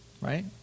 right